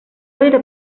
era